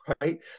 right